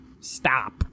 Stop